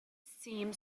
seemed